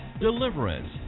Deliverance